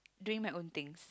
doing my own things